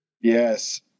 Yes